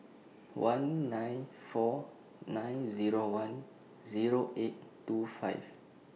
one nine four nine Zero one Zero eight two five